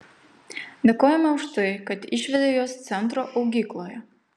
dėkojame už tai kad išvedė juos centro augykloje